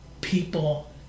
people